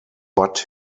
but